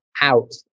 out